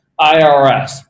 irs